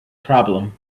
problem